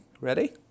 Ready